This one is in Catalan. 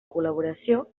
col·laboració